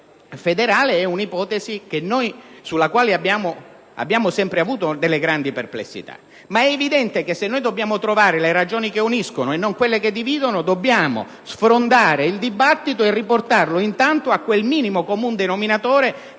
del Senato federale è un'ipotesi sulla quale abbiamo sempre avuto grandi perplessità. Tuttavia, è evidente che, se dobbiamo trovare le ragioni che uniscono e non quelle che dividono, dobbiamo sfrondare il dibattito e riportarlo, intanto, a quel minimo comune denominatore